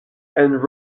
and